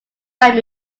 time